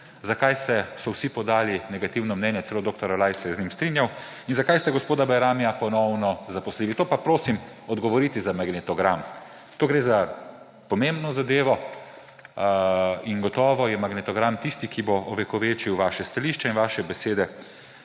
Zakaj so vsi podali negativno mnenje, celo dr. Olaj se je z njim strinjal, in zakaj ste gospoda Bajramija ponovno zaposlili? To pa, prosim, odgovorite za magnetogram. Gre za pomembno zadevo in gotovo je magnetogram tisti, ki bo ovekovečil vaše stališče in vaše besede